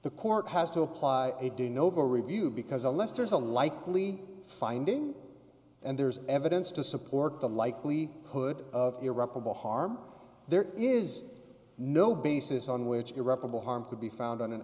the court has to apply a day novo review because unless there's a likely finding and there's evidence to support the likely hood of irreparable harm there is no basis on which irreparable harm could be found on an